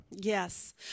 Yes